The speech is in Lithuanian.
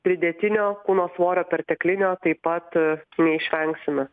pridėtinio kūno svorio perteklinio taip pat neišvengsime